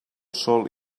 sol